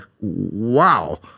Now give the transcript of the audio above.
wow